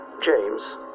James